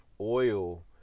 oil